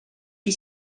que